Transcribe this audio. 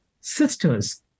sisters